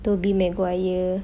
toby maguire